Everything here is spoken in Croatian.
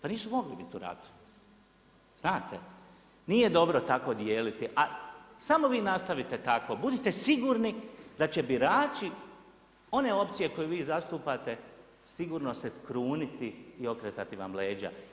Pa nisu mogli biti u ratu, znate, nije dobro tako dijeliti, a samo vi nastavite tako, budite sigurni da će birači, one opcije koje vi zastupate, sigurno se kruniti i okretati vam leđa.